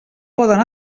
poden